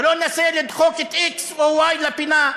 ולא ינסה לדחוף את x או את y לפינה.